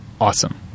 Awesome